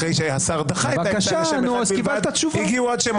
אחרי שהשר דחה את השם הגיעו עוד שמות.